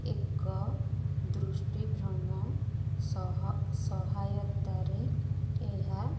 ଏକ ଦୃଷ୍ଟିଭ୍ରମ ସହ ସହାୟତାରେ ଏହା